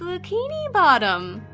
bikini bottom?